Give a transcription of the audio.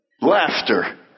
laughter